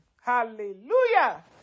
hallelujah